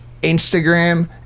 Instagram